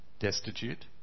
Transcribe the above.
destitute